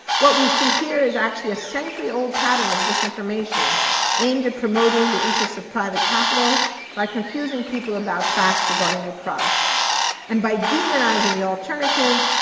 what we see here is actually a century-old pattern of disinformation aimed at promoting the interests of private capital by confusing people about facts regarding their products and by demonizing the alternatives,